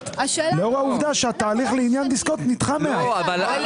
המושהית לאור העובדה שהתהליך לעניין דיסקונט נדחה מעט.